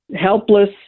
helpless